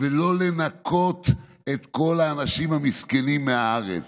ולא לנקות את כל האנשים המסכנים מהארץ.